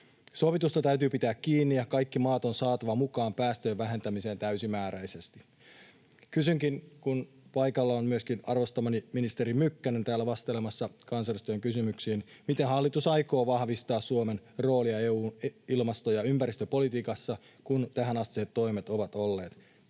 Sovitusta täytyy pitää kiinni, ja kaikki maat on saatava mukaan päästöjen vähentämiseen täysimääräisesti. Kun paikalla on arvostamani ministeri Mykkänen täällä vastailemassa kansanedustajien kysymyksiin, niin kysynkin, miten hallitus aikoo vahvistaa Suomen roolia EU:n ilmasto- ja ympäristöpolitiikassa, kun tähänastiset toimet ovat olleet